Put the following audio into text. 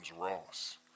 Ross